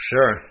Sure